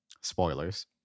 spoilers